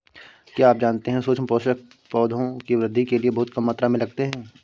क्या आप जानते है सूक्ष्म पोषक, पौधों की वृद्धि के लिये बहुत कम मात्रा में लगते हैं?